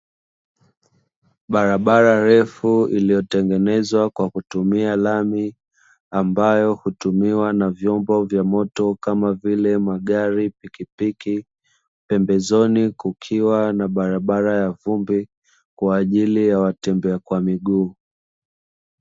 Barabara refu iliyotengenezwa kwa kutumia lami ambayo hutumiwa na vyombo vya moto kama vile magari, pikipiki; pembezoni kukiwa na barabara ya vumbi kwa ajili ya watembea kwa miguu.